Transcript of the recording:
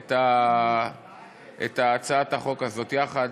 את הצעת החוק הזאת יחד